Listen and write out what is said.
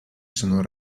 sono